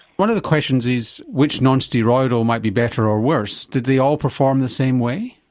one of the questions is which non-steroidal might be better or worse? did they all perform the same way?